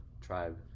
tribe